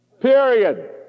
Period